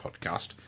podcast